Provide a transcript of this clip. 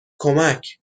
کمک